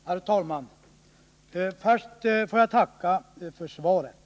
Herr talman! Först får jag tacka för svaret.